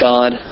God